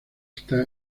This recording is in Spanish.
está